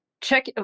check